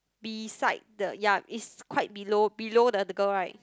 beside the ya is quite below below the the girl right